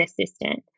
assistant